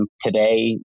today